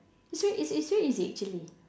it's very it's it's very easy actually